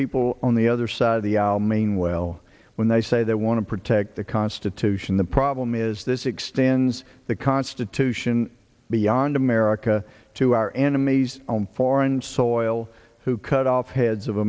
people on the other side of the aisle mean well when they say they want to protect the constitution the problem is this extends the constitution beyond america to our enemies on foreign soil who cut off